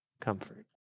Comfort